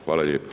Hvala lijepo.